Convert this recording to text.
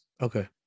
Okay